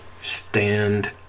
stand